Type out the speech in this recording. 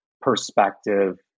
perspective